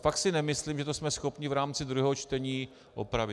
Fakt si nemyslím, že to jsme schopni v rámci druhého čtení opravit.